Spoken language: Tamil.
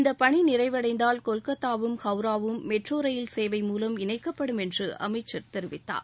இந்த பணி நிறைவடந்தால் கொல்கதாவும் ஹவுராவும் மெட்ரோ ரயில் சேவை மூலம் இணைக்கப்படும் என்று அமைச்சர் தெரிவித்தார்